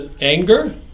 anger